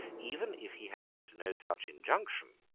even if he had left no such injunction,